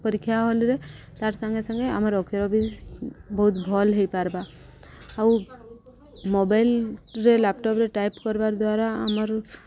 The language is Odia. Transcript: ପରୀକ୍ଷା ହଲ୍ରେ ତାର୍ ସାଙ୍ଗେ ସାଙ୍ଗେ ଆମର ଅକ୍ଷର ବି ବହୁତ ଭଲ୍ ହେଇପାର୍ବା ଆଉ ମୋବାଇଲ୍ରେ ଲ୍ୟାପଟପ୍ରେ ଟାଇପ୍ କର୍ବାର୍ ଦ୍ୱାରା ଆମର